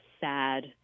sad